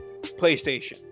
playstation